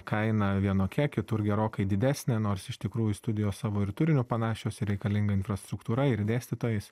kaina vienokia kitur gerokai didesnė nors iš tikrųjų studijos savo ir turiniu panašios ir reikalinga infrastruktūra ir dėstytojais